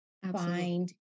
find